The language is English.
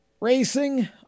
racing